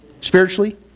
Spiritually